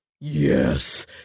Yes